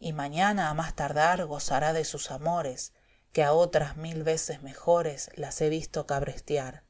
y mañana a más tardar gozará de sus amores que a otras mil veces mejores las he visto cabrestiar